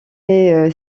est